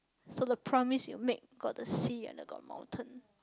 so the promise it made got the sea and got mountain